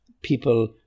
people